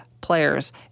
players